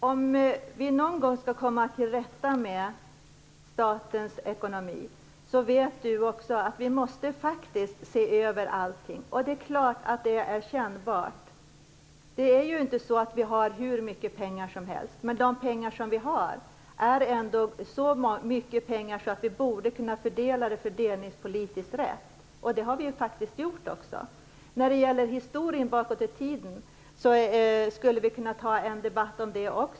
Fru talman! Även Owe Hellberg vet att vi faktiskt måste se över allting om vi någon gång skall komma till rätta med statens ekonomi. Det är klart att det är kännbart. Vi har ju inte hur mycket pengar som helst. Men de pengar som vi har är ändå så pass mycket att vi borde kunna fördela dem fördelningspolitiskt rätt. Det har vi gjort också. Vi skulle även kunna debattera historien bakåt i tiden.